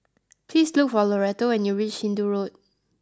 please look for Loretto and you reach Hindoo Road